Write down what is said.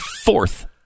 Fourth